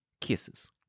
Kisses